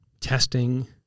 testing